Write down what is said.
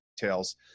details